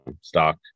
stock